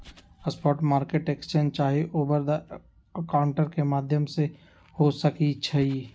spot market exchange चाहे over the counter के माध्यम से हो सकइ छइ